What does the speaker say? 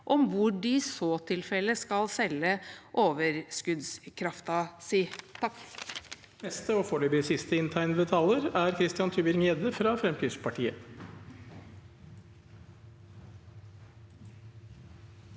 om hvor de i så tilfelle skal selge overskuddskraften sin.